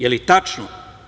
Je li tačno?